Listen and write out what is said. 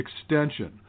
extension